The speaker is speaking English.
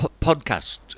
podcast